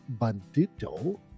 bandito